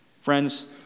Friends